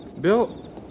Bill